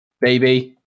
Baby